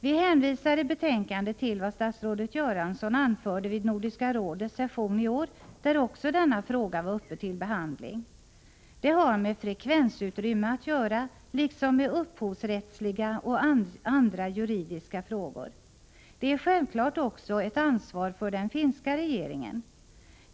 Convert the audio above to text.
Vi hänvisar i betänkandet till vad statsrådet Göransson anförde vid Nordiska rådets session i år, där också denna fråga var uppe till behandling. Det har med frekvensutrymme att göra, liksom med upphovsrättsliga och andra juridiska frågor. Det är självklart också ett ansvar för den finska regeringen.